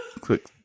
click